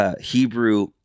Hebrew